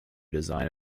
design